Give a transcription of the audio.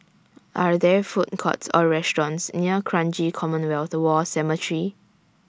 Are There Food Courts Or restaurants near Kranji Commonwealth War Cemetery